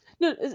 no